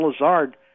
Lazard